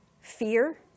fear